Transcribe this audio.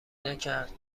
نکرد